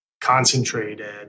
concentrated